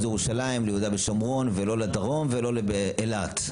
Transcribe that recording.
ירושלים ליהודה ושומרון ולא לדרום ולא לאילת,